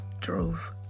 drove